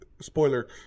spoiler